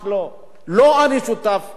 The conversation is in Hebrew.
אני לא שותף לגישה הזאת.